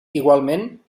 igualment